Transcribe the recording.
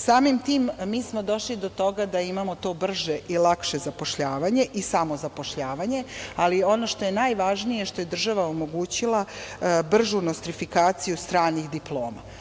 Samim tim, mi smo došli do toga da imamo to brže i lakše zapošljavanje i samozapošljavanje, ali ono što je najvažnije, što je država omogućila bržu nostrifikaciju stranih diploma.